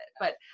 But-